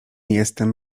jestem